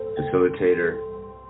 facilitator